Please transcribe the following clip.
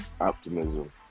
optimism